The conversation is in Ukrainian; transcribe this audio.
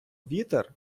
вітер